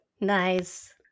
Nice